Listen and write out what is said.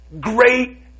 Great